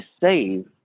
save